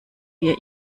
wir